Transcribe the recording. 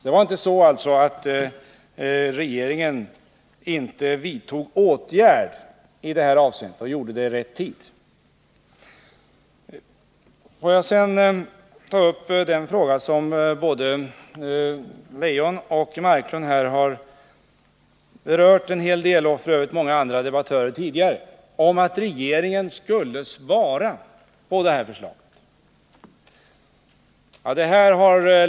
Det var alltså inte så, att regeringen inte vidtog åtgärder i det här avseendet eller att den inte gjorde det i rätt tid. Får jag sedan ta upp den fråga som både Anna-Greta Leijon och Eivor Marklund, liksom även andra debattörer, har berört en hel del. Det hette att regeringen skulle spara på detta förslag. Fru talman!